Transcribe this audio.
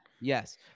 Yes